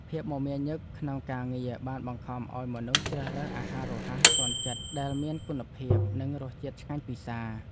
ភាពមមាញឹកក្នុងការងារបានបង្ខំឱ្យមនុស្សជ្រើសរើសអាហាររហ័សទាន់ចិត្តដែលមានគុណភាព និងរសជាតិឆ្ងាញ់ពិសារ។